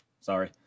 sorry